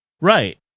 Right